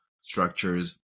structures